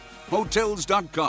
Hotels.com